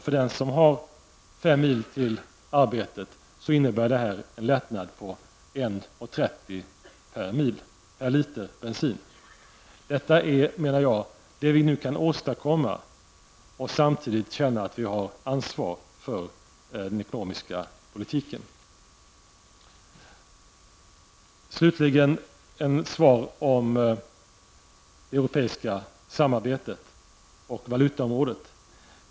För dem som har fem mil till arbetet innebär dessa avdrag en lättnad på 1:30 kr. per liter bensin. Detta är, menar jag, det vi nu kan åstadkomma -- och samtidigt känna att vi har ansvar för den ekonomiska politiken. Slutligen ett svar om det europeiska samarbetet och valutaområdet.